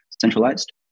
centralized